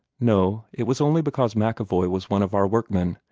no it was only because macevoy was one of our workmen,